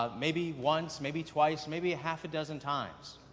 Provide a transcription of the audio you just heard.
ah maybe once, maybe twice, maybe a half dozen times.